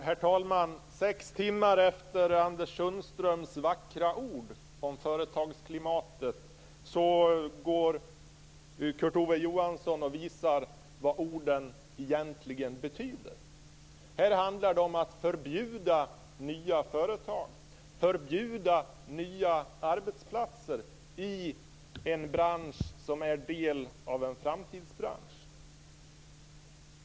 Herr talman! Sex timmar efter Anders Sundströms vackra ord om företagsklimatet visar Kurt Ove Johansson vad orden egentligen betyder. Här handlar det om att förbjuda nya företag och nya arbetsplatser i en verksamhet som är en del av en framtidsbransch.